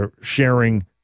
sharing